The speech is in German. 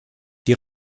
die